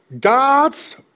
God's